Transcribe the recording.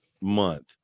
month